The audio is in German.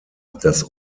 das